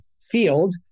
field